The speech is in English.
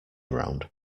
round